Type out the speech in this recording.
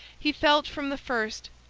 he felt, from the first,